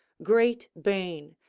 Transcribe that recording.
great bane,